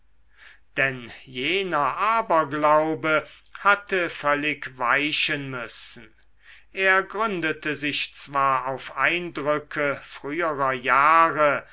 denn jener aberglaube hatte völlig weichen müssen er gründete sich zwar auf eindrücke früherer jahre